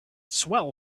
swell